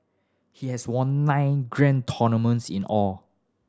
he has won nine grand tournaments in all